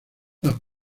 las